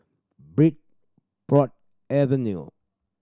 Bridport Avenue